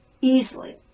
easily